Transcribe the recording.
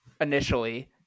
initially